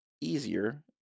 easier